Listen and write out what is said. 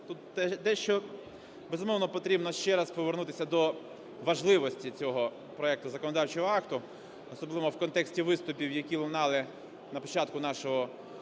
Тут дещо… Безумовно, потрібно ще раз повернутися до важливості цього проекту законодавчого акту, особливо в контексті виступів, які лунали на початку нашого